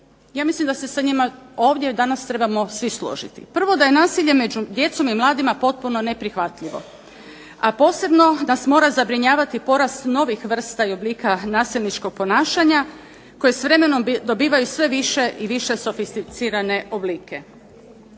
Ja mislim da se sa njima ovdje danas trebamo svi složiti. Prvo da je nasilje među djecom i mladima potpuno neprihvatljivo, a posebno nas mora zabrinjavati porast novih vrsta i oblika nasilničkog ponašanja, koji s vremenom dobivaju sve više i više sofisticirane oblike.